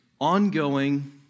ongoing